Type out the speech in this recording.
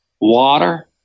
water